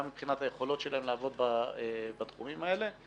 גם מבחינת היכולות שלהם לעבוד בתחומים האלה,